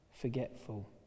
forgetful